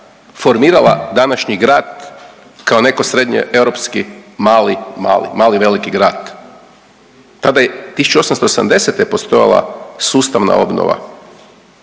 formirala današnji grad kao neko srednjeeuropski mali, mali veliki grad. Tada je 1880. postojala sustavna obnova,